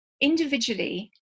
individually